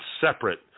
separate